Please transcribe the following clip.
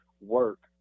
Work